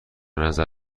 نظر